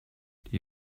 die